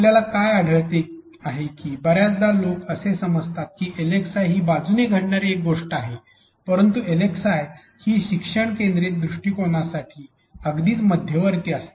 आपल्याला काय आढळले आहे की बर्याचदा लोक असे समजतात की एलएक्सआय ही बाजूने घडणारी एक गोष्ट आहे परंतु एलएक्सआय ही शिक्षण केंद्रीत दृष्टिकोनासाठी अगदीच मध्यवर्ती असते